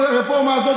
כל הרפורמה הזאת,